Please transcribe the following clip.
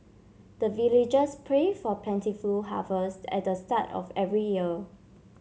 the villagers pray for plentiful harvest at the start of every year